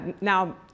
now